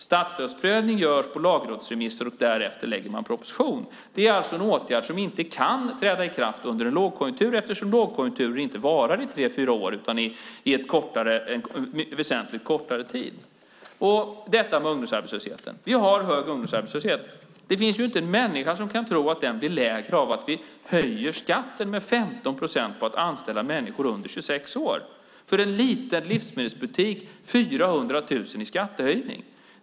Statsstödsprövning görs på lagrådsremisser och därefter lägger man fram en proposition. Det är alltså en åtgärd som inte kan träda i kraft under en lågkonjunktur eftersom lågkonjunkturer inte varar i tre fyra år utan under väsentligt kortare tid. Vi har hög ungdomsarbetslöshet. Det finns inte en människa som kan tro att den blir lägre av att vi höjer skatten på att anställa människor under 26 år med 15 procent. För en liten livsmedelsbutik blir det 400 000 i skattehöjning.